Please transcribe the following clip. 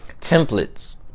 Templates